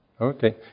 Okay